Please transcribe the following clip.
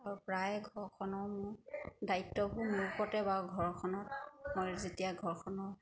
আৰু প্ৰায় ঘৰখনৰ মোৰ দায়িত্ববোৰ মোৰ ওপৰতে বাৰু ঘৰখনৰ মই যেতিয়া ঘৰখনৰ